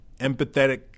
empathetic